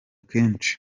kenshi